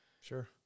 sure